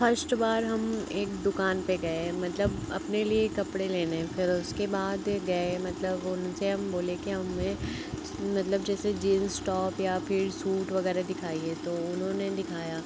first बार हम एक दुकान पर गए मतलब अपने लिए कपड़े लेने फिर उसके बाद यह गए मतलब उनसे हम बोले कि हमें मतलब जैसे जीन्स टॉप या फिर सूट वग़ैरह दिखाइए तो उन्होंने दिखाया